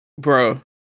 Bro